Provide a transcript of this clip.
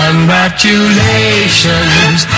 Congratulations